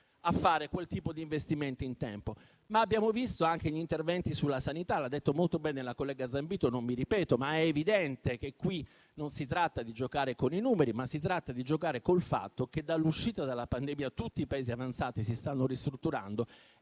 a fare quel tipo di investimenti in tempo. Abbiamo visto anche gli interventi sulla sanità. L'ha detto molto bene la collega Zambito e non mi ripeto. È evidente che qui non si tratta di giocare con i numeri, ma si tratta di giocare col fatto che dall'uscita dalla pandemia tutti i Paesi avanzati si stanno ristrutturando,